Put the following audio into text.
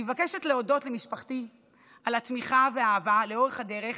אני מבקשת להודות למשפחתי על התמיכה והאהבה לאורך הדרך,